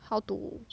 how to